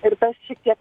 ir tas šiek tiek